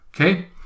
Okay